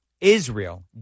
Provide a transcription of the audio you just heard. Israel